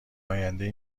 آیندهای